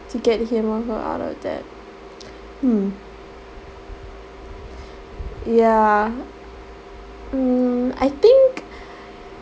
to get here more out of that mm ya mm I think